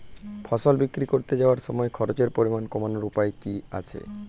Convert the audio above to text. ফসল বিক্রি করতে যাওয়ার সময় খরচের পরিমাণ কমানোর উপায় কি কি আছে?